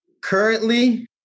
Currently